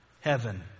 heaven